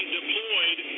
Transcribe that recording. deployed